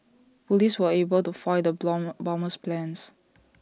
Police were able to foil the bomber's plans